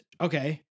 okay